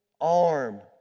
arm